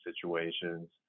situations